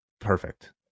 perfect